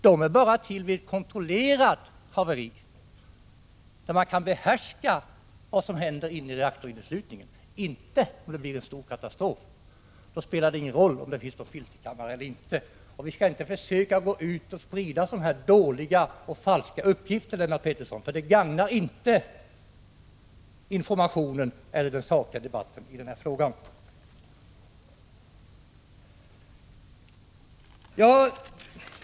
De har en funktion att fylla bara vid ett kontrollerat haveri, då man kan behärska vad som händer inne i reaktorinneslutningen. Om det blir en stor katastrof spelar det ingen roll om det finns filterkammare eller inte. Ni skall inte försöka gå ut och sprida falska uppgifter, Lennart Pettersson, för det gagnar inte informationen eller den sakliga debatten i den här frågan.